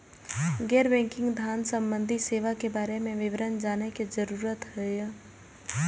गैर बैंकिंग धान सम्बन्धी सेवा के बारे में विवरण जानय के जरुरत होय हय?